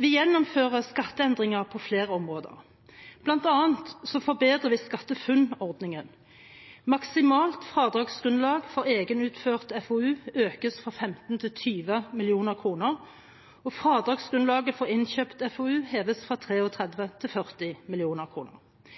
Vi gjennomfører skatteendringer på flere områder, bl.a. forbedrer vi SkatteFUNN-ordningen. Maksimalt fradragsgrunnlag for egenutført FoU økes fra 15 mill. kr til 20 mill. kr, og fradragsgrunnlaget for innkjøpt FoU heves fra 33 mill. kr til 40